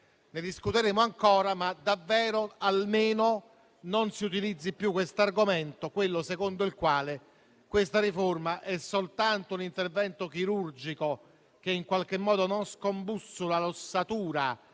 Ne discuteremo ancora, ma davvero almeno non si utilizzi più questo argomento, secondo il quale questa riforma è soltanto un intervento chirurgico che non scombussola l'ossatura